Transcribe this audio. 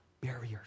barriers